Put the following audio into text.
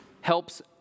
helps